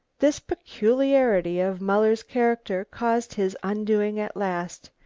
this peculiarity of muller's character caused his undoing at last,